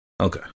Okay